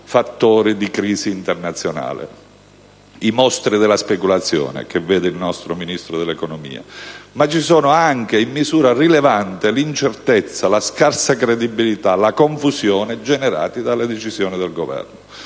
fattori di crisi internazionale, i mostri della speculazione che vede il nostro Ministro dell'economia. Ci sono però anche, in misura rilevante, l'incertezza, la scarsa credibilità e la confusione generata dalle decisioni del Governo.